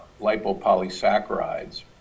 lipopolysaccharides